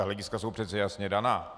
Hlediska jsou přece jasně daná.